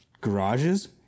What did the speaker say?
garages